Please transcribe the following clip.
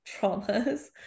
traumas